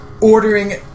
ordering